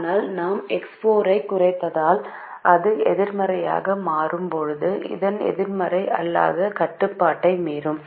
ஆனால் நாம் X4 ஐக் குறைத்தால் அது எதிர்மறையாக மாறும் போது இதன் எதிர்மறை அல்லாத கட்டுப்பாட்டை மீறும்